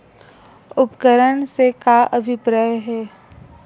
उपकरण से का अभिप्राय हे?